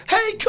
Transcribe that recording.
Hey